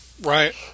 Right